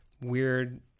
weird